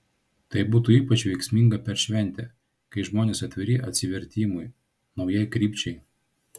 tai būtų ypač veiksminga per šventę kai žmonės atviri atsivertimui naujai krypčiai